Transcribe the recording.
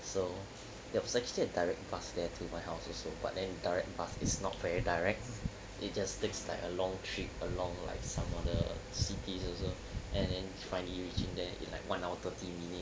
so there was actually a direct bus there to my house also but then direct bus is not very direct it just takes like a long trip along like some other C_T_E also and then finally reaching there in like one hour thirty minutes